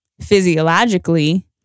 physiologically